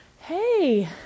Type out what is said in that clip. Hey